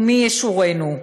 ומי ישורנו.